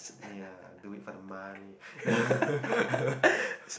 ya do it for the money